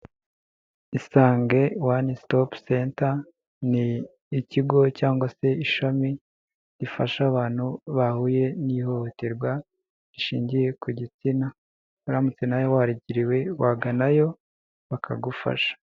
Isange wani sitopu senta ni ikigo cyangwa se ishami rifasha abantu bahuye n'ihohoterwa rishingiye ku gitsina uramutse nawe warigiriwe wagana yo bakagufasha.